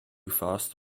fast